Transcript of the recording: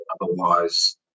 otherwise